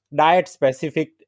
diet-specific